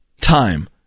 time